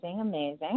amazing